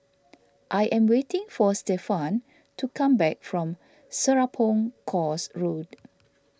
I am waiting for Stefan to come back from Serapong Course Road